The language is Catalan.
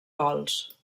gols